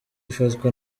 ifatwa